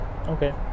Okay